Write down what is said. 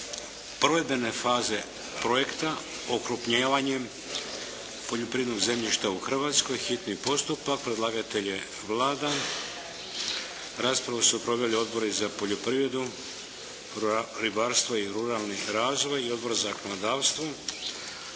provedbene faze projekta "Okrupnjivanje poljoprivrednog zemljišta u Hrvatskoj", hitni postupak, prvo i drugo čitanje, P.Z. br. 51 Predlagatelj je Vlada. Raspravu su proveli Odbori za poljoprivredu, ribarstvo i ruralni razvoj i Odbor za zakonodavstvo.